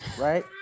Right